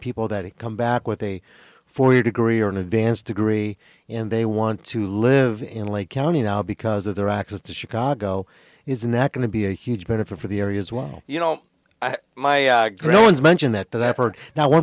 people that have come back with a four year degree or an advanced degree and they want to live in lake county now because of their access to chicago isn't that going to be a huge benefit for the areas where you know my grill is mentioned that that effort now one